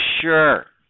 sure